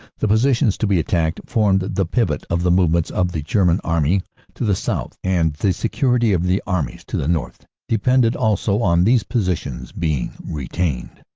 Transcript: the positions to be attacked formed the pivot of the movements of the german army to the south, and the security of the armies to the north depended also on these positions being retained.